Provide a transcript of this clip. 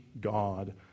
God